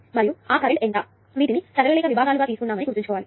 మరియు ఆ కరెంట్ ఎంత వీటిని సరళ రేఖ విభాగాలుగా తీసుకున్నామని గుర్తుంచుకోవాలి